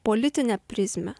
politinę prizmę